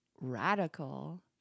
radical